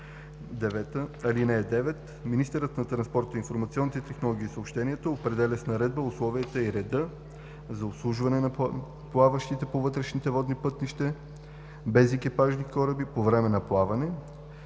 (9) Министърът на транспорта, информационните технологии и съобщенията определя с наредба условията и реда за обслужване на плаващите по вътрешните водни пътища безекипажни кораби по време на плаване,